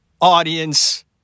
audience